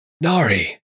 Nari